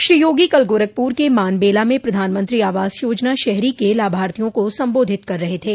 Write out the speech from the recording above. श्री योगी कल गोरखपुर के मानबेला में प्रधानमंत्री आवास योजना शहरी के लाभार्थियों को सम्बोधित कर रहे थे